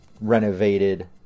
renovated